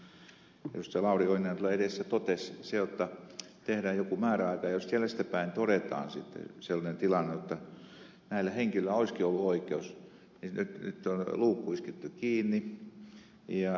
lauri oinonen tuolla edessä totesi se jotta tehdään joku määräaika ja jälestäpäin todetaan sitten sellainen tilanne jotta näillä henkilöillä olisikin ollut oikeus mutta nyt on luukku isketty kiinni